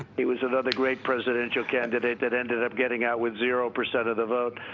he was another great presidential candidate that ended up getting out with zero percent of the vote.